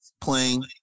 playing